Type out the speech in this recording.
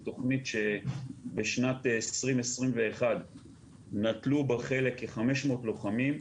תכנית שבשנת 2021 נטלו בה חלק כ-500 לוחמים,